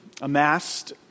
amassed